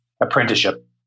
apprenticeship